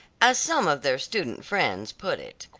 as some of their student friends put it.